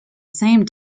same